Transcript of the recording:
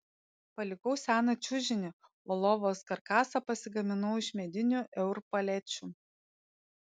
palikau seną čiužinį o lovos karkasą pasigaminau iš medinių eur palečių